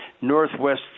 Northwest